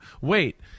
wait –